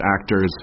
actors